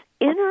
inner